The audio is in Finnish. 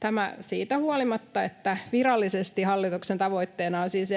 tämä siitä huolimatta, että virallisesti hallituksen tavoitteena on siis